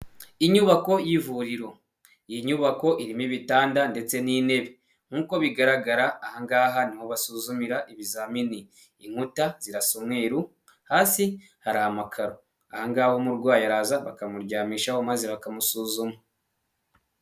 iInyubako y'ivuriro, iyi nyubako irimo ibitanda ndetse n'intebe, nk'uko bigaragara aha ngaha niho batuzumira ibizamini, inkuta zirarasa umweruru hasi hari amakaro, aha ngahe umurwayi araza bakamuryamishaho maze bakamusuzuma.